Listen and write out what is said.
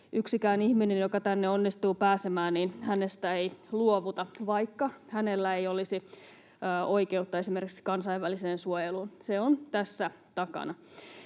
yhdestäkään ihmisestä, joka tänne onnistuu pääsemään, ei luovuta, vaikka hänellä ei olisi oikeutta esimerkiksi kansainväliseen suojeluun — se on tässä takana.